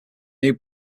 new